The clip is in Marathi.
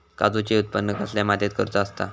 काजूचा उत्त्पन कसल्या मातीत करुचा असता?